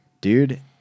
dude